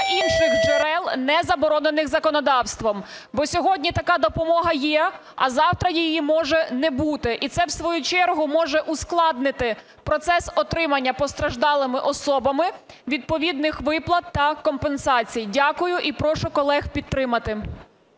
інших джерел, не заборонених законодавством. Бо сьогодні така допомога є, а завтра її може не бути, і це в свою чергу може ускладнити процес отримання постраждалими особами відповідних виплат та компенсацій. Дякую і прошу колег підтримати.